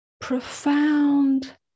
profound